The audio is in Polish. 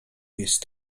jest